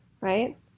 right